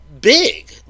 big